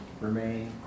remain